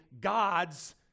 God's